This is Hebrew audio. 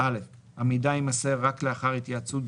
המידע יימסר רק לאחר התייעצות,